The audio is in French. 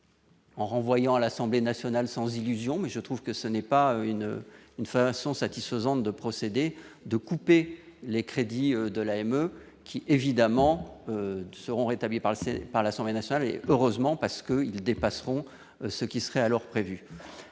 En renvoyant à l'Assemblée nationale, sans illusion, mais je trouve que ce n'est pas une une façon satisfaisante de procéder de couper les crédits de l'AME qui évidemment, seront rétablis par l'Assemblée nationale et heureusement parce que ils dépasseront ce qui serait à l'heure prévue,